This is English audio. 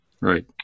right